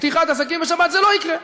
לפתיחת עסקים בשבת, זה לא יקרה.